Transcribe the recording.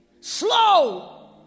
slow